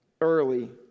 early